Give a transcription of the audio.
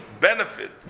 benefit